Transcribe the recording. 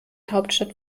hauptstadt